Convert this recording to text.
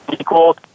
equal